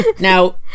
Now